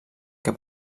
que